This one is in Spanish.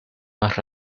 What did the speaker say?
más